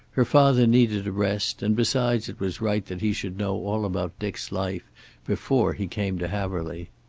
her father needed a rest, and besides, it was right that he should know all about dick's life before he came to haverly.